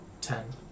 ten